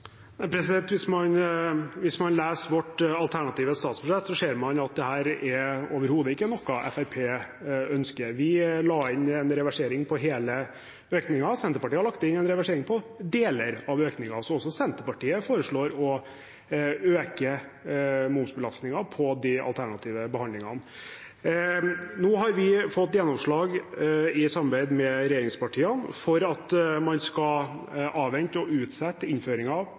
Hvis man leser vårt alternative statsbudsjett, ser man at dette overhodet ikke er noe Fremskrittspartiet ønsker. Vi la inn en reversering av hele økningen. Senterpartiet har lagt inn en reversering av deler av økningen. Så også Senterpartiet foreslår å øke momsbelastningen på de alternative behandlingene. Vi har i samarbeid med regjeringspartiene fått gjennomslag for at man skal avvente og utsette innføringen av